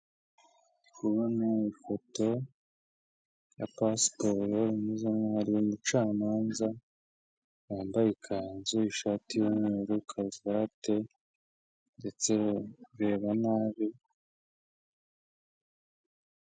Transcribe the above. Kubona ifoto ya pasipori imeze nk'aho ari iy'umucamanza wambaye ikanzu ishati y'umweru karuvate ndetse ureba nabi.